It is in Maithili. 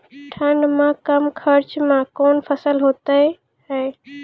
ठंड मे कम खर्च मे कौन फसल होते हैं?